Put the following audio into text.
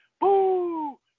boo